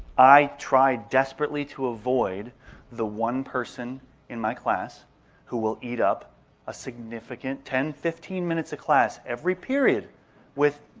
i try desperately to avoid the one person in my class who will eat up a significant ten, fifteen minutes of class every period with